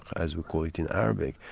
as we call it in arabic,